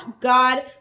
God